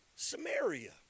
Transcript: Samaria